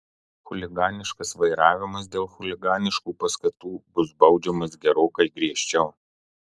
chuliganiškas vairavimas dėl chuliganiškų paskatų bus baudžiamas gerokai griežčiau